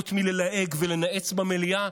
חוץ מללהג ולנאץ במליאה,